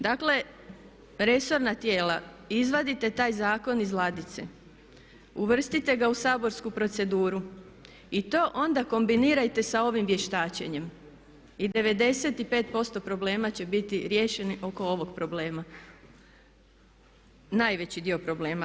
Dakle, resorna tijela izvadite taj zakon iz ladice, uvrstite ga u saborsku proceduru i to onda kombinirajte sa ovim vještačenjem i 95% problema će biti riješeno oko ovog problema, najveći dio problema.